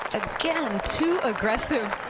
again, two aggressive